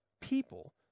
people